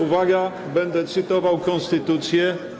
Uwaga, będę cytował konstytucję.